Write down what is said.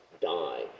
die